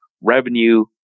revenue